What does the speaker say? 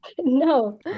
no